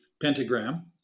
pentagram